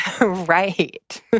Right